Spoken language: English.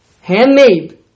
handmade